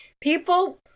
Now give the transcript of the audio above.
people